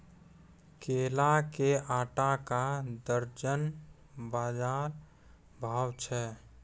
केला के आटा का दर्जन बाजार भाव छ?